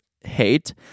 hate